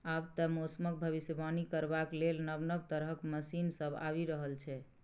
आब तए मौसमक भबिसबाणी करबाक लेल नब नब तरहक मशीन सब आबि रहल छै